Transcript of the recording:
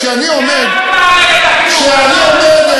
כשאני עומד,